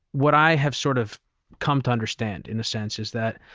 what i have sort of come to understand, in a sense, is that,